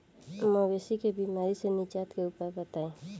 मवेशी के बिमारी से निजात के उपाय बताई?